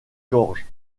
gorges